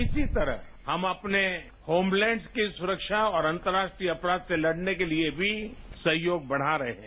इसी तरह हम अपने होम लैंड्स की सुरक्षा और अंतर्राष्ट्रीय अपराध से लड़ने के लिएभी सहयोग बढ़ा रहे हैं